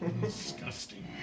Disgusting